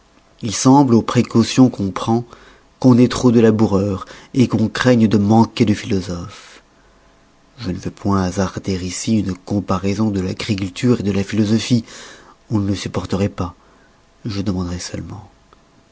il semble aux précautions qu'on prend qu'on ait trop de laboureurs qu'on craigne de manquer de philosophes je ne veux point hasarder ici une comparaison de l'agriculture de la philosophie on ne la supporteroit pas je demanderai seulement